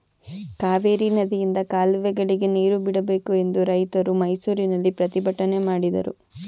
ಕಾವೇರಿ ನದಿಯಿಂದ ಕಾಲುವೆಗಳಿಗೆ ನೀರು ಬಿಡಬೇಕು ಎಂದು ರೈತರು ಮೈಸೂರಿನಲ್ಲಿ ಪ್ರತಿಭಟನೆ ಮಾಡಿದರು